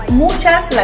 muchas